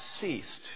ceased